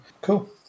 Cool